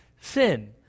sin